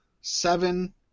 seven